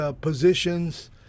positions